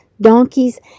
donkeys